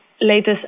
latest